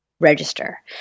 register